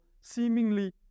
seemingly